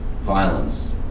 violence